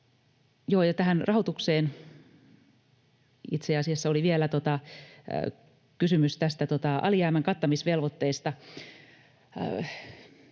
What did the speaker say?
Sitten rahoitukseen, ja itse asiassa oli vielä kysymys alijäämän kattamisvelvoitteesta.